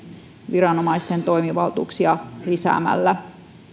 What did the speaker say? viranomaisten toimivaltuuksia lisäämällä